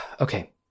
okay